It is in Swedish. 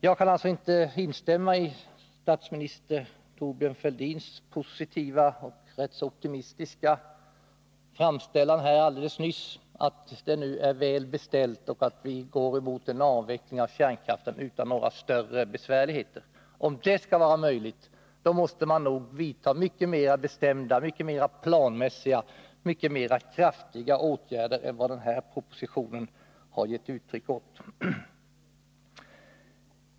Jag kan alltså inte instämma i statsminister Thorbjörn Fälldins positiva och rätt optimistiska framställan helt nyss här i kammaren, att det nu är väl beställt och att vi går mot en avveckling av kärnkraften utan några större besvärligheter. Om det skall vara möjligt måste man nog vidta mycket mer bestämda, mycket mer planmässiga och mycket kraftigare åtgärder än regeringen föreslår i den här propositionen.